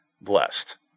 blessed